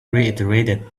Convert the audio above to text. reiterated